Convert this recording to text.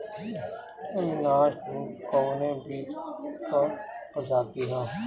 अविनाश टू कवने बीज क प्रजाति ह?